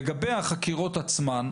לגבי החקירות עצמן,